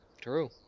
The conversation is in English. True